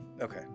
okay